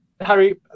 Harry